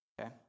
Okay